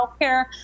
healthcare